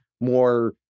more